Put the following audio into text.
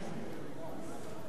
נגד